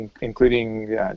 including